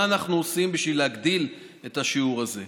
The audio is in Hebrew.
מה אנחנו עושים בשביל להגדיל את השיעור הזה?